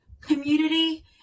community